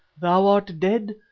thou art dead,